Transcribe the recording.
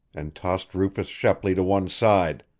and tossed rufus shepley to one side.